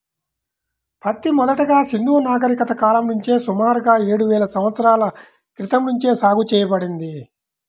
పత్తి మొదటగా సింధూ నాగరికత కాలం నుంచే సుమారుగా ఏడువేల సంవత్సరాల క్రితం నుంచే సాగు చేయబడింది